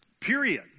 period